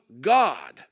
God